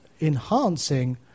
enhancing